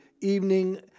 evening